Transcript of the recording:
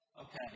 okay